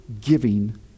giving